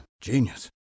genius